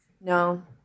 No